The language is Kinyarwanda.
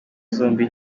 zombi